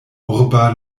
urba